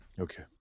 okay